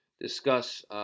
discuss